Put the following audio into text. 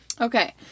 Okay